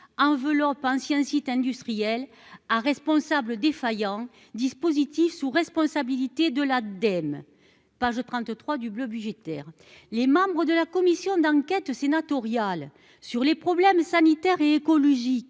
enveloppe ancien site industriel à responsable défaillant dispositif sous responsabilité de l'Ademe, page 33 du bleu budgétaire, les membres de la commission d'enquête sénatoriale sur les problèmes sanitaires et écologiques